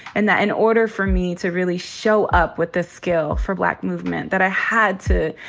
and that in order for me to really show up with this skill for black movement, that i had to,